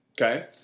Okay